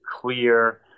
clear